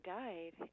died